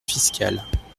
fiscales